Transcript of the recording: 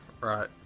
Right